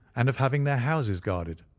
and of having their houses guarded.